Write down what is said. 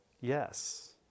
Yes